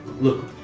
Look